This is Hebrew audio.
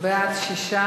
בעד, 6,